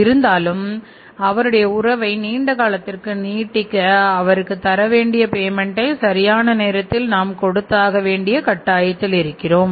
இருந்தாலும் அவருடைய உறவை நீண்ட காலத்திற்கு நீடிக்க அவருக்கு தர வேண்டிய பேமென்ட்டை சரியான நேரத்தில் நாம் கொடுத்தாக வேண்டிய கட்டாயத்தில் இருக்கிறோம்